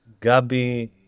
Gabi